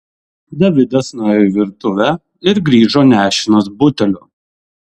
davidas nuėjo į virtuvę ir grįžo nešinas buteliu